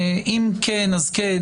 אם כן אז כן,